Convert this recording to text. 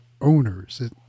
owners